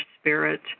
spirit